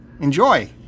enjoy